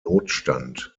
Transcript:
notstand